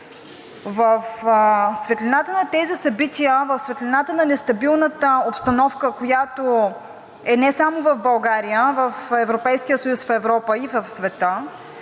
В светлината на тези събития, в светлината на нестабилната обстановка, която е не само в България, а в Европейския съюз, в Европа и в света,